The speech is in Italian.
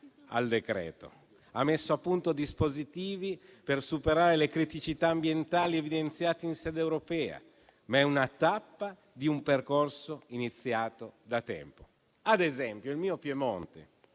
al decreto-legge, mettendo a punto dispositivi per superare le criticità ambientali evidenziate in sede europea. Questa è una tappa di un percorso iniziato da tempo. Ad esempio il mio Piemonte,